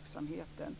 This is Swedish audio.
utvecklas hela tiden.